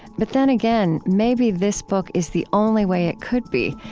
but then again, maybe this book is the only way it could be,